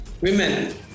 women